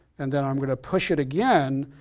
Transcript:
and then i'm going to push it again.